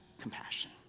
Compassion